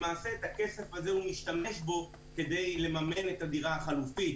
למעשה הוא משתמש בכסף הזה כדי לממן את הדירה החלופית.